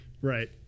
Right